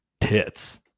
tits